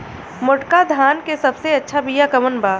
मोटका धान के सबसे अच्छा बिया कवन बा?